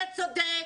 אתה צודק.